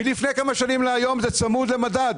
ומלפני כמה שנים להיום זה צמוד למדד